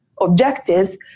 objectives